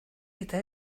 eta